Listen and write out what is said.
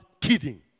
kidding